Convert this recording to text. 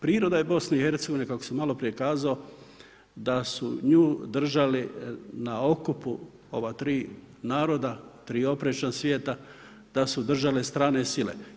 Priroda je BiH-a kako sam maloprije kazao da su nju držali na okupu ova tri naroda, tri oprečna svijeta, da su držale strane sile.